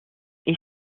est